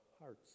hearts